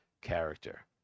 character